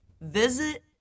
visit